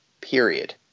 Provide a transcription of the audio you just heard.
Period